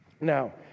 Now